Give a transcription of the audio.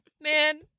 man